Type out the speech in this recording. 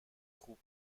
خوب